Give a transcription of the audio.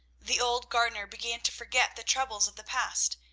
the old gardener began to forget the troubles of the past,